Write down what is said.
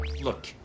Look